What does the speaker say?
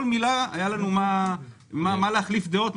על כל מילה היה לנו מה להחליף דעות,